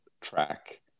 track